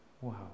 Wow